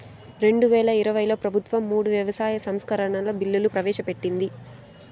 రెండువేల ఇరవైలో ప్రభుత్వం మూడు వ్యవసాయ సంస్కరణల బిల్లులు ప్రవేశపెట్టింది